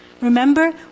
Remember